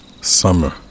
summer